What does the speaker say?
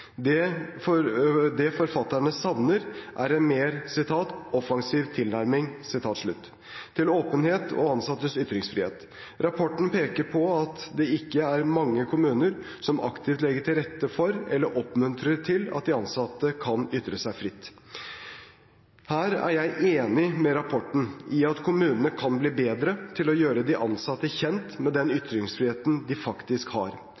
Det forfatterne savner, er en mer «offensiv tilnærming» til åpenhet og ansattes ytringsfrihet. Rapporten peker på at det ikke er mange kommuner som aktivt legger til rette for eller oppmuntrer til at de ansatte kan ytre seg fritt. Her er jeg enig med rapporten i at kommunene kan bli bedre til å gjøre de ansatte kjent med den ytringsfriheten de faktisk har.